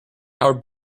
our